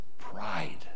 pride